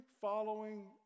following